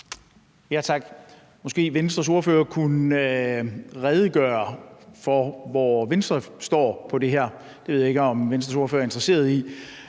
Tak. Måske Venstres ordfører kunne redegøre for, hvor Venstre står på det her. Det ved jeg ikke om Venstres ordfører er interesseret i.